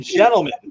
Gentlemen